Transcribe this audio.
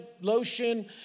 lotion